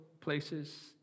places